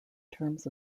terms